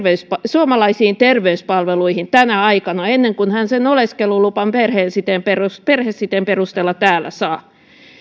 suomalaisiin terveyspalveluihin tänä aikana ennen kuin hän sen oleskeluluvan perhesiteen perusteella täällä saa